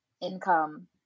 income